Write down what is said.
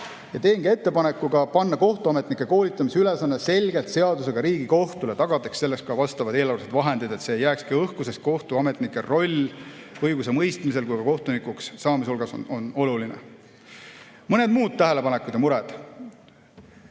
Teengi ettepaneku panna kohtuametnike koolitamise ülesanne seadusega selgelt Riigikohtule, tagades selleks ka vastavad eelarvelised vahendid, et see ei jääks õhku, sest kohtuametnike roll nii õigusemõistmisel kui ka võimalike kohtunikuks saajate hulgas on oluline. Mõned muud tähelepanekud ja mured.